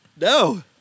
No